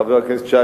חבר הכנסת שי,